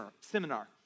seminar